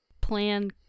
plan